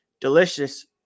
delicious